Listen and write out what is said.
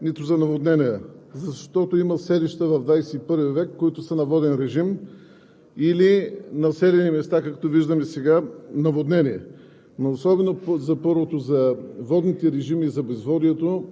Те не се изпълняват нито за сушата, нито за наводненията, защото има селища в XXI век, които са на воден режим, или населени места, както виждаме сега, наводнени.